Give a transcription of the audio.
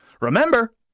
Remember